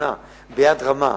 בתבונה וביד רמה,